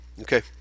okay